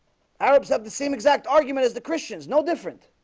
arabs have the same exact argument as the christians no different